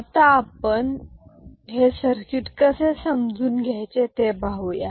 आता आपण हे सर्किट कसे समजून घ्यायचे ते पाहूया